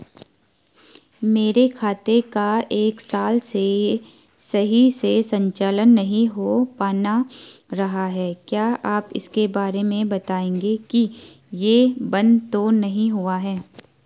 मेरे खाते का एक साल से सही से संचालन नहीं हो पाना रहा है क्या आप इसके बारे में बताएँगे कि ये बन्द तो नहीं हुआ है?